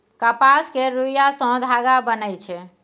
कपास केर रूइया सँ धागा बनइ छै